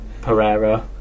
Pereira